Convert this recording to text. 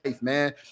man